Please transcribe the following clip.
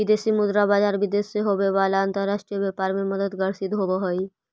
विदेशी मुद्रा बाजार विदेश से होवे वाला अंतरराष्ट्रीय व्यापार में मददगार सिद्ध होवऽ हइ